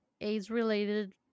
AIDS-related